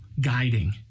guiding